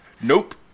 Nope